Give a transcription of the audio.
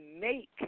make